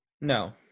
no